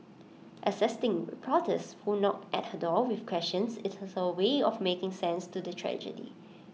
assisting reporters who knock at her door with questions is her way of making sense to the tragedy